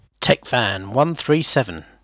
Techfan137